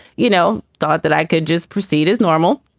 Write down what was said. you know, thought that i could just proceed as normal.